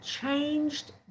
changed